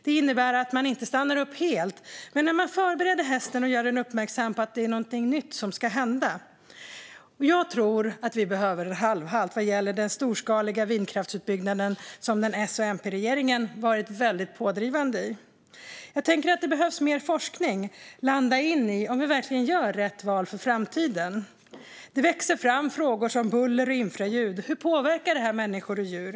Det innebär att man inte stannar upp helt men förbereder hästen och gör den uppmärksam på att det är någonting nytt som ska hända. Jag tror att vi behöver göra en halvhalt vad gäller den storskaliga vindkraftsutbyggnaden, som S-MP-regeringen varit väldigt pådrivande i. Jag tänker att det behövs mer forskning för att landa i om vi verkligen gör rätt val för framtiden. Det växer fram frågor som den om buller och infraljud - hur påverkar det människor och djur?